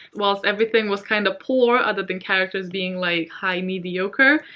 whilst everything was kind of poor other than characters being, like, high mediocre,